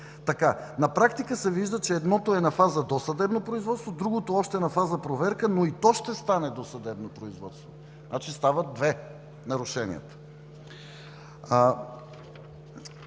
На практика се вижда, че едното е на фаза досъдебно производство, а другото – още на фаза проверка, но и то ще стане досъдебно производство. Значи, стават две нарушенията.